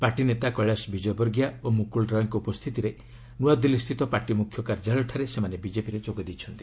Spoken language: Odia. ପାର୍ଟି ନେତା କେଳାଶ ବିଜୟବର୍ଗିୟା ଓ ମୁକୁଳ ରୟଙ୍କ ଉପସ୍ଥିତିରେ ନୂଆଦିଲ୍ଲୀ ସ୍ଥିତ ପାର୍ଟି ମୁଖ୍ୟ କାର୍ଯ୍ୟାଳୟଠାରେ ସେମାନେ ବିଜେପିରେ ଯୋଗ ଦେଇଛନ୍ତି